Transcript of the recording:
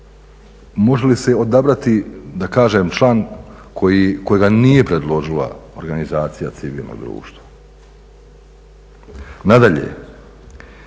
može li se odabrati da kažem član kojega nije predložila organizacija civilnog društva. Nadalje,